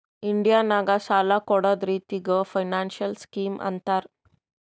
India ನಾಗ್ ಸಾಲ ಕೊಡ್ಡದ್ ರಿತ್ತಿಗ್ ಫೈನಾನ್ಸಿಯಲ್ ಸ್ಕೀಮ್ ಅಂತಾರ್